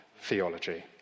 theology